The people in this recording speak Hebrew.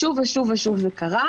שוב ושוב זה קרה.